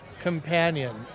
companion